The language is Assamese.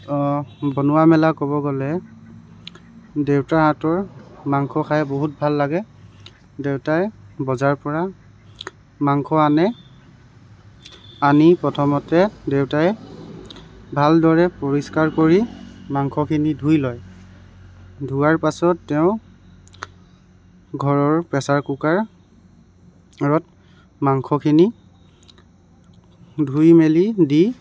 বনোৱা মেলা ক'ব গ'লে দেউতাৰ হাতৰ মাংস খাই বহুত ভাল লাগে দেউতাই বজাৰৰ পৰা মাংস আনে আনি প্ৰথমতে দেউতাই ভালদৰে পৰিষ্কাৰ কৰি মাংসখিনি ধুই লয় ধোৱাৰ পাছত তেওঁ ঘৰৰ প্ৰেছাৰ কুকাৰত ঘৰত মাংসখিনি ধুই মেলি দি